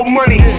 money